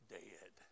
dead